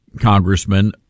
congressman